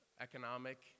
economic